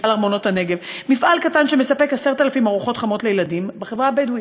"ארמונות הנגב" מפעל קטן שמספק 10,000 ארוחות חמות לילדים בחברה הבדואית.